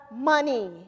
money